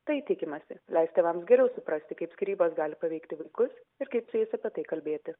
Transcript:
tai tikimasi leis tėvams geriau suprasti kaip skyrybos gali paveikti vaikus ir kaip su jais apie tai kalbėti